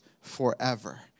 forever